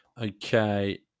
Okay